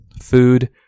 food